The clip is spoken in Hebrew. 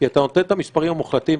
כי אתה נותן את המספרים המוחלטים,